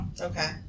Okay